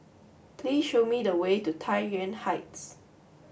please show me the way to Tai Yuan Heights